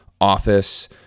office